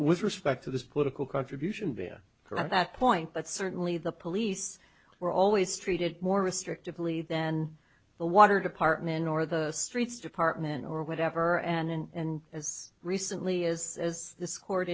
with respect to this political contribution van from that point but certainly the police were always treated more restrictively than the water department or the streets department or whatever and as recently as this court